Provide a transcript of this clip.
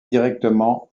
directement